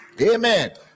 Amen